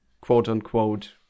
quote-unquote